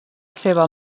seva